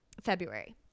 February